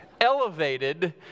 elevated